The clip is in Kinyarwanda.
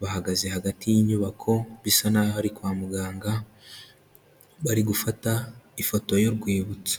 bahagaze hagati y'inyubako, bisa naho ari kwa muganga, bari gufata ifoto y'urwibutso.